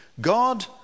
God